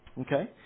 Okay